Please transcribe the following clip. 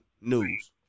news